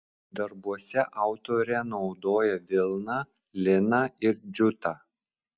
darbuose autorė naudoja vilną liną ir džiutą